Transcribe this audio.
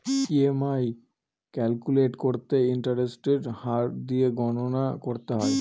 EMI calculate করতে ইন্টারেস্টের হার দিয়ে গণনা করতে হয়